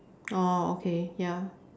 oh okay ya